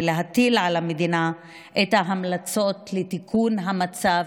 ולהטיל על המדינה את ההמלצות לתיקון המצב,